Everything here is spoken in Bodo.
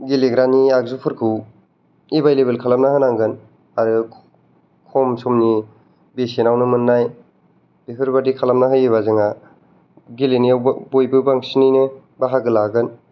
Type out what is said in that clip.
गेलेग्रानि आगजुफोरखौ एभेइलेबल एभेइलेबल खालामना होनांगोन आरो खम समनि बेसेनावनो मोननाय बेफोरबादि खालामना होयोबा जोंहा गेलेनायाव बयबो बांसिनैनो बाहागो लागोन